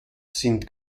sind